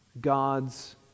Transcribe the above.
God's